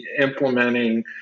implementing